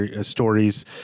stories